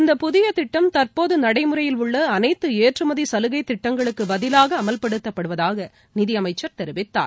இந்த புதிய திட்டம் தற்போது நடைமுறையில் உள்ள அனைத்து ஏற்றுமதி சலுகை திட்டங்களுக்கு பதிலாக அமல்படுத்தப்படுவதாக நிதியமைச்சர் தெரிவித்தார்